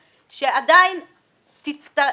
אני שואל האם יש מועד שאליו אפשר להתכוונן,